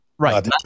Right